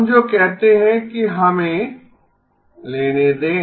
हम जो कहते हैं कि हमें लेने दें